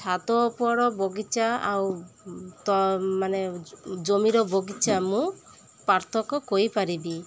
ଛାତ ଉପର ବଗିଚା ଆଉ ତ ମାନେ ଜମିର ବଗିଚା ମୁଁ ପାର୍ଥକ୍ୟ କରିପାରିବି